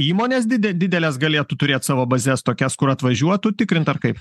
įmonės dide didelės galėtų turėt savo bazes tokias kur atvažiuotų tikrint ar kaip